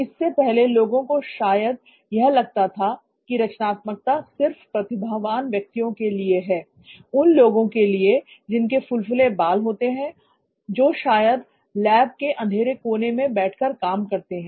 इससे पहले लोगों को शायद या लगता था की रचनात्मकता सिर्फ प्रतिभावान व्यक्तियों के लिए ही है उन लोगों के लिए है जिनके फुलफुले बाल होते हैं और जो शायद लैब के अंधेरे कोनों में बैठकर काम करते हैं